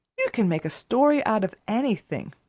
you can make a story out of anything.